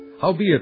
Howbeit